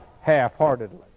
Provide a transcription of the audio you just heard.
half-heartedly